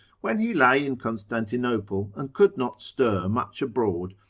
when he lay in constantinople, and could not stir much abroad,